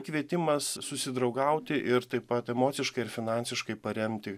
kvietimas susidraugauti ir taip pat emociškai ir finansiškai paremti